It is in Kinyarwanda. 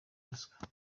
ruswa